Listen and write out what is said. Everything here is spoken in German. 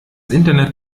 internet